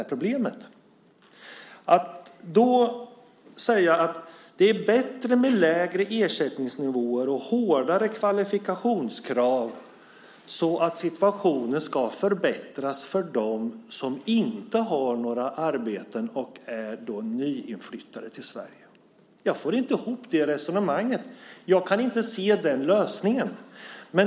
Jag får inte ihop resonemanget att då säga att det är bättre med lägre ersättningsnivåer och hårdare kvalifikationskrav så att situationen ska förbättras för dem är nyinflyttade till Sverige och inte har några arbeten. Jag kan inte se den lösningen.